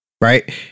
Right